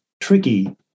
tricky